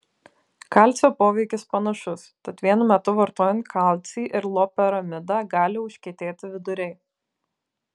kalcio poveikis panašus tad vienu metu vartojant kalcį ir loperamidą gali užkietėti viduriai